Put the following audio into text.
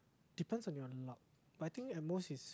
depends on your luck but I think at most it's